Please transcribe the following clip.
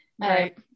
Right